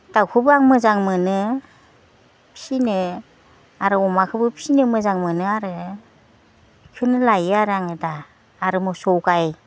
दाउखौबो आं मोजां मोनो फिसिनो आरो अमाखौबो फिसिनो मोजां मोनो आरो इखोनो लायो आरो आङो दा आरो मोसौ गाय